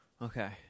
Okay